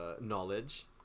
knowledge